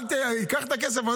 קח את הכסף,